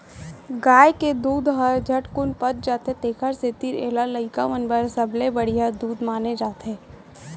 गाय के दूद हर झटकुन पच जाथे तेकर सेती एला लइका मन बर सबले बड़िहा दूद माने जाथे